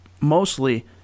mostly